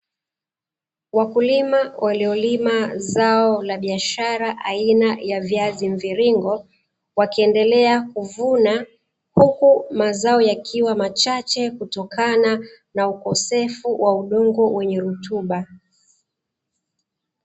Wakulima waliolima zao la biashara aina ya viazi mviringo wakiendelea kuvuna, huku mazao yakiwa machache kutokana na ukosefu wa udongo wenye rutuba .